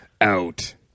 out